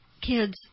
kids